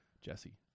Jesse